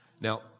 Now